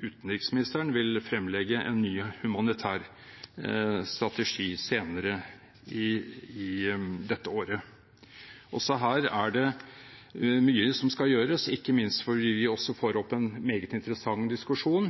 utenriksministeren, vil fremlegge en ny humanitær strategi senere i dette året. Også her er det mye som skal gjøres, ikke minst fordi vi også får opp en meget interessant diskusjon